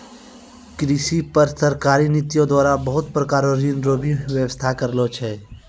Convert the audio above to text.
कृषि पर सरकारी नीतियो द्वारा बहुत प्रकार रो ऋण रो भी वेवस्था करलो छै